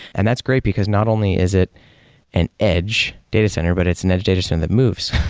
and that's great because not only is it an edge data center, but it's an edge data center that moves,